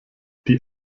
die